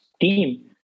team